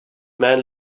man